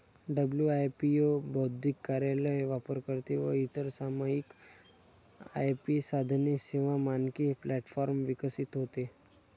WIPO बौद्धिक कार्यालय, वापरकर्ते व इतर सामायिक आय.पी साधने, सेवा, मानके प्लॅटफॉर्म विकसित होते